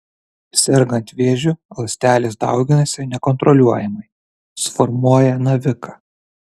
sergant vėžiu ląstelės dauginasi nekontroliuojamai suformuoja naviką